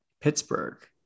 Pittsburgh